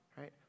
right